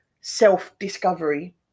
self-discovery